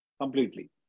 completely